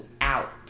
out